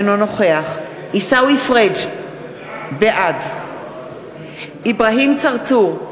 אינו נוכח עיסאווי פריג' בעד אברהים צרצור,